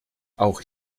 auch